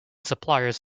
supplies